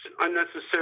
unnecessary